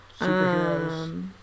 superheroes